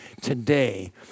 Today